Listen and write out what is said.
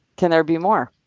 can there be more?